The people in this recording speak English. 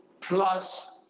plus